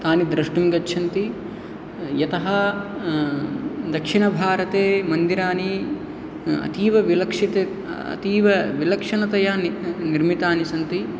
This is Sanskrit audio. तानि द्रष्टुं गच्छन्ति यतः दक्षिणभारते मन्दिराणि अतीवविलक्षित अतीवविलक्षणतया निर्मितानि सन्ति